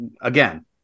again